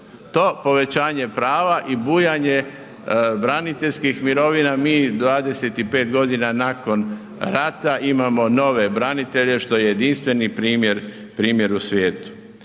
To povećanje prava i bujanje braniteljskih mirovina. Mi 25 godina nakon rata imamo nove branitelje što je jedinstveni primjer u svijetu.